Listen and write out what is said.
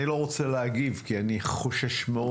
אני לא רוצה להגיב כי אני חושש מאוד